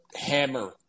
hammer